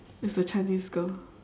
it's a chinese girl